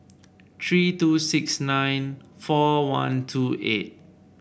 three two six nine four one two eight